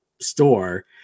store